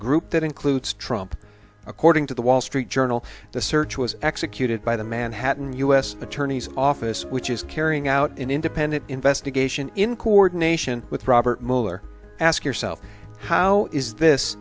group that includes trump according to the wall street journal the search was executed by the manhattan u s attorney's office which is carrying out an independent investigation in coordination with robert mueller ask yourself how is this